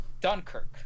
Dunkirk